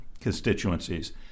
constituencies